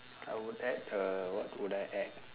I would add a what would I add